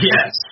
Yes